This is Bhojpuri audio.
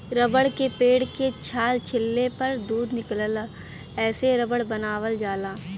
रबर के पेड़ के छाल छीलले पर दूध निकलला एसे रबर बनावल जाला